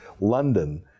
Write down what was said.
London